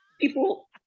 people